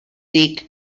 dig